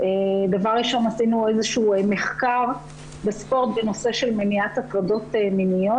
דבר ראשון עשינו איזה שהוא מחקר בספורט בנושא של מניעת הטרדות מיניות